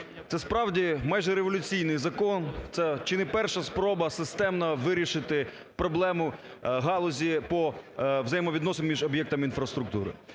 це, справді, майже революційний закон, це чи не перша спроба системно вирішити проблему галузі по взаємовідносин між об'єктами інфраструктури.